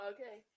Okay